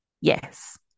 Yes